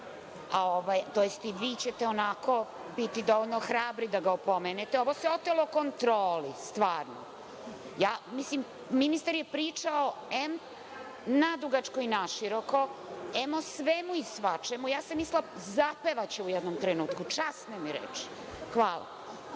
a tj. vi ćete onako biti dovoljno hrabri da ga opomenete. Ovo ste otelo kontroli, stvarno. Mislim ministar je pričao nadugačko i naširoko, o svemu i svačemu, ja sam mislila zapevaće u nekom trenutku, časne mi reči. Hvala.